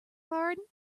pardon